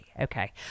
Okay